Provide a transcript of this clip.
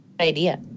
idea